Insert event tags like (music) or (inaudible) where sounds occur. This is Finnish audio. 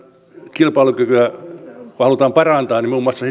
kilpailukykyä kun halutaan parantaa muun muassa (unintelligible)